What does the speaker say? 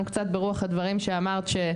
קצת ברוח הדברים שאמרת,